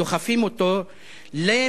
דוחפים אותו למלחמה.